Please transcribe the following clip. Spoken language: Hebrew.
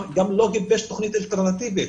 אלא גם לא גיבש תכנית אלטרנטיבית,